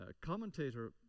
Commentator